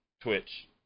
Twitch